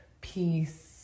peace